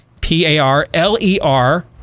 P-A-R-L-E-R